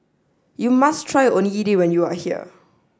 you must try Onigiri when you are here